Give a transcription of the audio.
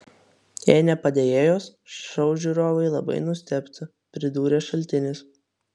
jei ne padėjėjos šou žiūrovai labai nustebtų pridūrė šaltinis